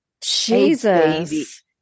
Jesus